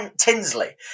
Tinsley